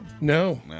No